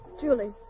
Julie